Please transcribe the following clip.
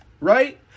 right